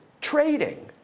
trading